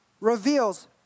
reveals